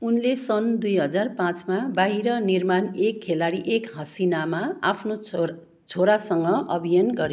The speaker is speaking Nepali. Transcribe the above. उनले सन् दुई हजार पाँचमा बाहिर निर्माण एक खिलाडी एक हसिनामा आफ्नो छोर छोरासँग अभियान गरे